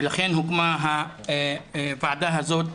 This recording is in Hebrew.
ולכן, הוקמה הוועדה הזאת